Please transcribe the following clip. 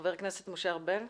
חבר הכנסת משה ארבל.